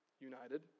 united